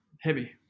Heavy